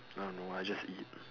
nah no I just eat